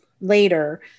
later